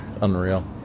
Unreal